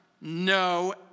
no